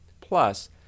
plus